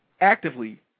actively